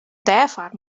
dêrfoar